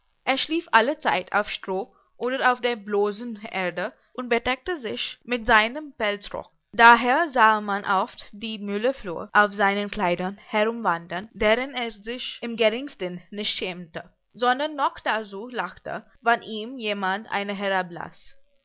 er schlief allezeit auf stroh oder auf der bloßen erde und bedeckte sich mit seinem pelzrock daher sahe man oft die müllerflöhe auf seinen kleidern herumwandern deren er sich im geringsten nicht schämete sondern noch darzu lachte wann ihm jemand eine